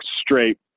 straight